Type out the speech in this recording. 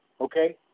okay